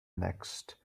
next